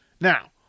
Now